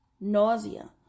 nausea